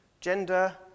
gender